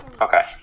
Okay